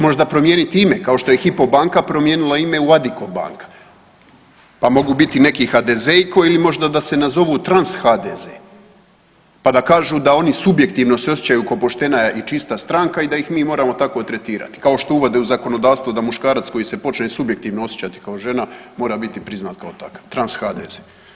Možda promijeniti ime kao što je HYPO banka promijenila u ime Addiko banka pa mogu biti neki hadezejko ili možda da se nazovu trans hdz pa da kažu da oni subjektivno osjećaju ko poštena i čista stranka i da ih mi moramo tako tretirati, kao što uvode u zakonodavstvo da muškarac koji se počne subjektivno osjećati kao žena mora biti priznat kao takav, trans hdz.